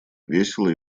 весело